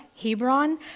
Hebron